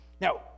Now